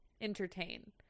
entertain